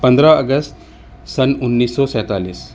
پندرہ اگست سن انیس سو سینتالیس